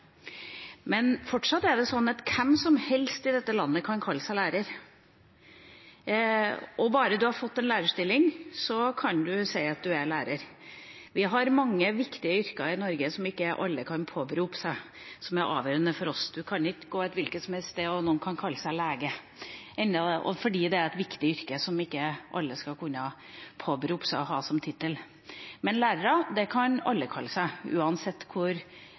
Men fortsatt er det sånn at hvem som helst i dette landet kan kalle seg lærer. Bare man har fått en lærerstilling, kan man si at man er lærer. Vi har mange viktige yrker i Norge som ikke alle kan påberope seg å ha, og som er avgjørende for oss. Man kan ikke gå et hvilket som helst sted og kalle seg lege, fordi det er et viktig yrke, som ikke alle skal kunne påberope seg å ha som tittel. Men lærer kan alle kalle seg, uansett hvor